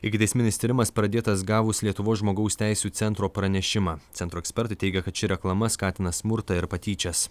ikiteisminis tyrimas pradėtas gavus lietuvos žmogaus teisių centro pranešimą centro ekspertai teigia kad ši reklama skatina smurtą ir patyčias